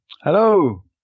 Hello